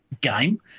game